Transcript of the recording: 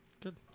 Good